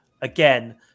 again